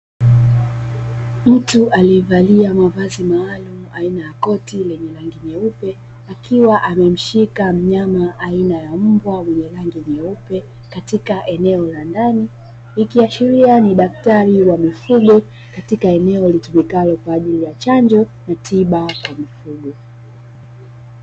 Mtu aliyevalia mavazi maalumu aina ya koti la rangi nyeupe, akiwa amemshika mnyama aina ya mbwa mwenye rangi nyeupe katika eneo la ndani, ikiashiria ni daktari wa mifugo katika eneo litumikalo kwa ajili ya chanjo na tiba kwa mifugo.